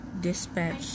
Dispatch